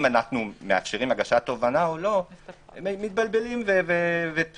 אנחנו מאפשרים הגשת תובענה או לא - מתבלבלים ותמהים,